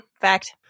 Fact